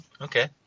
Okay